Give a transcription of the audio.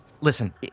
Listen